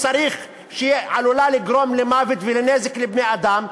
שעלולה לגרום למוות ולנזק לבני-אדם,